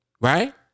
right